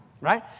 Right